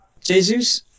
Jesus